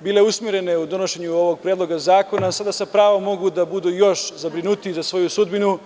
bile usmerene u donošenju ovog Predloga zakona, sada sa pravom mogu da budu još zabrinutiji za svoju sudbinu.